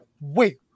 wait